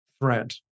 threat